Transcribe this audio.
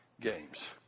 games